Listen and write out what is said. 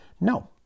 No